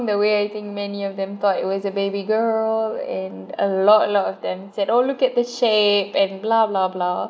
the way I think many of them thought it was a baby girl and a lot a lot of them said oh look at the shape and blah blah blah